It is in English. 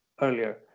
earlier